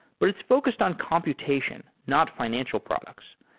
but it's focused on computation, not fi nancial products.